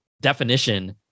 definition